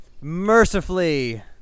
mercifully